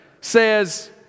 says